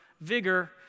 vigor